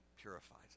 purifies